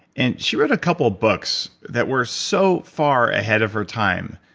and she wrote a couple of books that were so far ahead of her time,